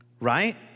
Right